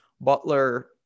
Butler